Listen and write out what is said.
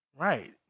Right